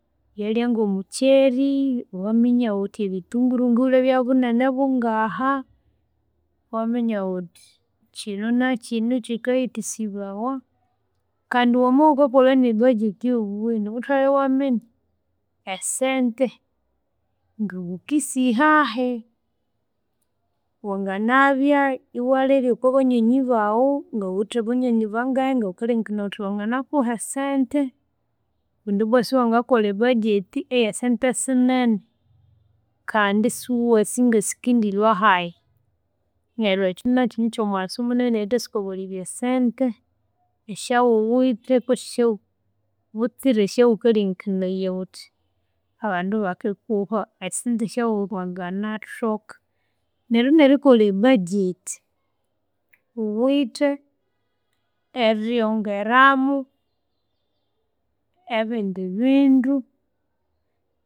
Ebyalya ngomukyeri, iwaminya wuthi ebithunguru ngighulha ebyobunene bungaha. Iwaminya wuthi kyinu nakyino kyikayidaghisibawa. Kandi wamawukakolha nebudget yobugheni wutholere iwaminya esente ngawukisihahi. Wanginabya iwalebya kobanyonyi bawu ngawuwithe banyonyi bangahi abawukalengekanaya wuthi banginakuha esente. Kundibwa siwangakolha ebudget eyesente sinene kandi isiwasi ngasikindilwahayi. Neryu ekyu nakyu nikyomughaso munene erithasyatsuka bwaleby esente esyawuwithe kwesi esyawu butsire esyawukalengekanaya wuthi abandu bakikuha. Esyasente esya wanginathoka. Neryu nerikolha e budget, wuwithe eryongeramu ebindi bindu